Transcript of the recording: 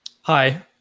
Hi